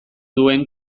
duen